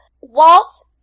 Walt